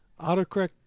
autocorrect